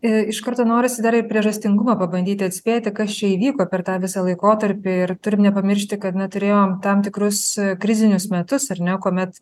iš karto norisi dar ir priežastingumą pabandyti atspėti kas čia įvyko per tą visą laikotarpį ir turim nepamiršti kad na turėjom tam tikrus krizinius metus ar ne kuomet